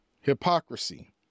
hypocrisy